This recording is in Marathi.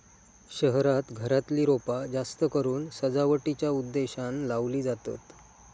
शहरांत घरातली रोपा जास्तकरून सजावटीच्या उद्देशानं लावली जातत